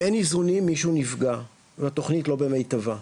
אם אין איזונים מישהו נפגע, התוכנית לא במיטבה.